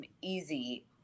easy